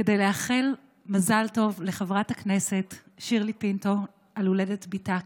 כדי לאחל מזל טוב לחברת הכנסת שירלי פינטו על הולדת בתה,